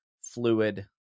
fluid